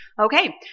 okay